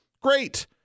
Great